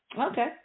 Okay